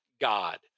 God